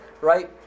right